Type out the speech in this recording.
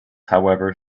however